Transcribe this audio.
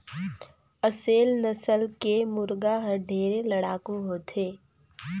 असेल नसल के मुरगा हर ढेरे लड़ाकू होथे